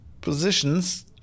...positions